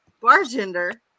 bartender